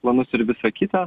planus ir visa kita